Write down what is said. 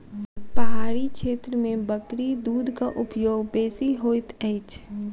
पहाड़ी क्षेत्र में बकरी दूधक उपयोग बेसी होइत अछि